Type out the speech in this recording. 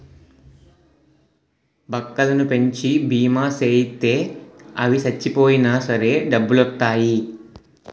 బక్కలను పెంచి బీమా సేయిత్తే అవి సచ్చిపోయినా సరే డబ్బులొత్తాయి